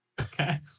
Okay